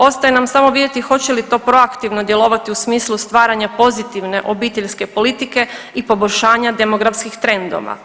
Ostaje nam samo vidjeti hoće li to proaktivno djelovati u smislu stvaranje pozitivne obiteljske politike i poboljšanja demografskih trendova.